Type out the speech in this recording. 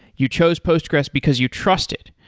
you chose postgressql because you trust it.